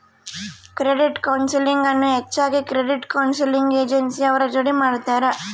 credit counselling ಅನ್ನು ಹೆಚ್ಚಾಗಿ credit counselling agency ಅವ್ರ ಜೋಡಿ ಮಾಡ್ತರ